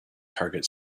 target